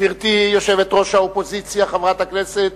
גברתי יושבת-ראש האופוזיציה, חברת הכנסת